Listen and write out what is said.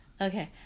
Okay